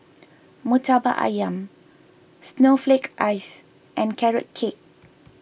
Murtabak Ayam Snowflake Ice and Carrot Cake